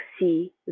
see